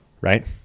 right